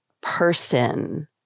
person